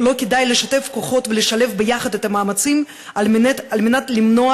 לא כדאי לשתף כוחות ולשלב ביחד את המאמצים על מנת למנוע